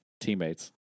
teammates